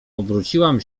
obróciłam